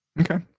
okay